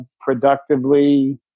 productively